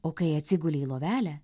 o kai atsigulė į lovelę